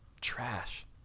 Trash